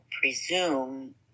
presume